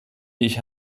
ich